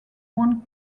one